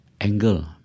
angle